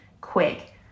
quick